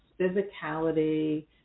physicality